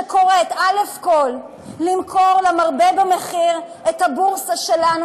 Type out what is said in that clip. שקוראת: קודם כול למכור למרבה במחיר את הבורסה שלנו,